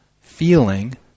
feeling